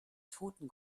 toten